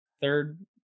third